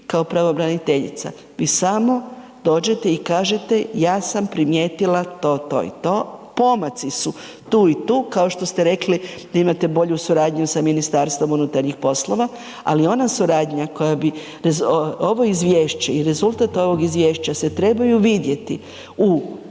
kao pravobraniteljica vi samo dođete i kažete ja sam primijetila to, to i to, pomaci su tu i tu, kao što ste rekli da imate bolju suradnju sa MUP-om, ali ona suradnja koja bi ovo izvješće i rezultat ovog izvješća se trebaju vidjeti u